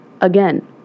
Again